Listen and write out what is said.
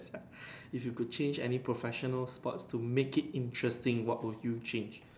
if you could change any professional sports to make it interesting what will you change